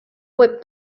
whip